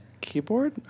Keyboard